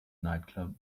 nightclub